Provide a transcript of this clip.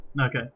Okay